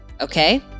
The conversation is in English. Okay